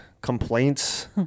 complaints